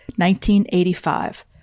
1985